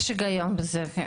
יש היגיון בזה.